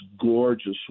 gorgeous